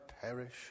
perish